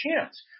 chance